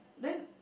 then